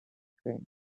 train